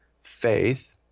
faith